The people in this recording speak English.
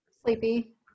Sleepy